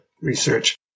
research